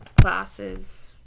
classes